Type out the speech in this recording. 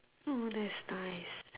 hmm that's nice